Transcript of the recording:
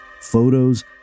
photos